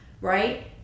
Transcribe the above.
right